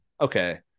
Okay